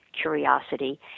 curiosity